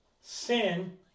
sin